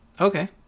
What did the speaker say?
okay